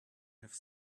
have